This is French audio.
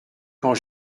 quand